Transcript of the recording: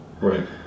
right